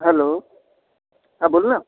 hello हां बोल ना